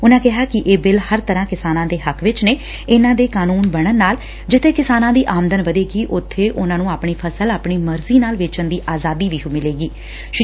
ਉਨਾਂ ਕਿਹਾ ਕਿ ਇਹ ਬਿੱਲ ਹਰ ਤਰਾਂ ਕਿਸਾਨਾਂ ਦੇ ਹੱਕ ਚ ਨੇ ਇਨਾਂ ਦੇ ਕਾਨੂੰਨ ਬਣਨ ਨਾਲ ਜਿੱਬੇ ਕਿਸਾਨਾਂ ਦੀ ਆਮਦਨ ਵੱਧੇਗੀ ਉਬੇ ਉਨੂਾ ਨੂੰ ਆਪਣੀ ਫਸਲ ਆਪਣੀ ਮਰਜ਼ੀ ਨਾਲ ਵੇਚਣ ਦੀ ਆਜਾਦੀ ਵੀ ਮਿਲੇਗੀ